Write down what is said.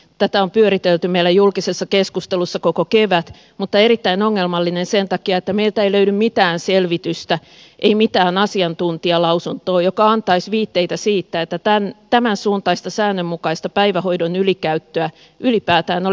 tätä on pyöritelty meillä julkisessa keskustelussa koko kevät mutta se on erittäin ongelmallinen sen takia että meiltä ei löydy mitään selvitystä ei mitään asiantuntijalausuntoa joka antaisi viitteitä siitä että tämänsuuntaista säännönmukaista päivähoidon ylikäyttöä ylipäätään olisi olemassa